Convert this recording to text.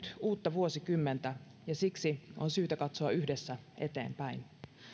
uutta vuosikymmentä ja siksi on syytä katsoa yhdessä eteenpäin